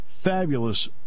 Fabulous